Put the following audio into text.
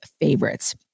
favorites